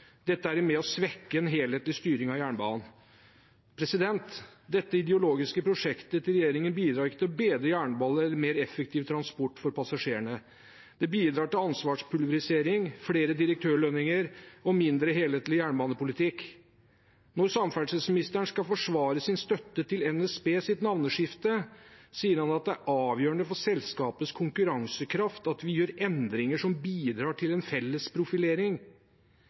Dette er med på å svekke en helhetlig styring av jernbanen. Dette ideologiske prosjektet til regjeringen bidrar ikke til å bedre jernbanen eller til en mer effektiv transport for passasjerene. Det bidrar til ansvarspulverisering, flere direktørlønninger og en mindre helhetlig jernbanepolitikk. Når samferdselsministeren skal forsvare sin støtte til NSBs navneskifte, sier han at det er «avgjerande for konkurransekrafta til selskapet at vi gjer endringar som bidreg til felles profilering».